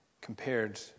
compared